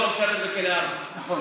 הוא לא משרת בכלא 4. נכון.